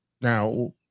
Now